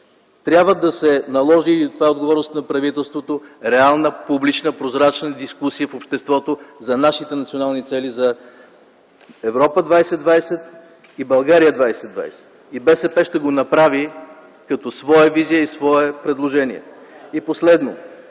Трябва да се наложи – и това е отговорност на правителството – реална, публична, прозрачна дискусия в обществото за нашите национални цели за Европа 2020 и България 2020. И БСП ще го направи като своя визия и свое предложение. И последно